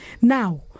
now